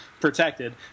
protected